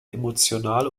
emotionale